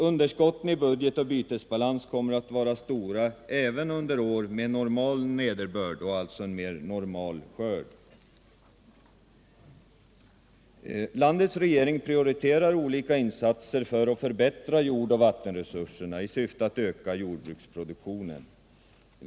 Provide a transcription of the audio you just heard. Underskotten i budget och bytesbalans kommer att vara stora, även under år med normal nederbörd och alltså en mer normal skörd. Landets regering prioriterar olika insatser för att förbättra jordoch vattenresurserna i syfte att öka jordbruksproduktionen.